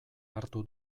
hartu